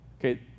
Okay